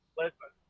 listen